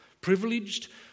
privileged